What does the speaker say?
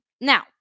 Now